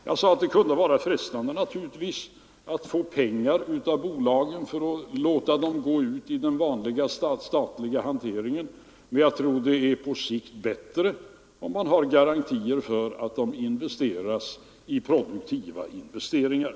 Jag sade att det naturligtvis kunde vara frestande att få pengar av bolagen för att låta dem gå ut i den statliga hanteringen. Men jag tror att det på sikt är bättre om man har garantier för att pengarna sätts in i produktiva investeringar.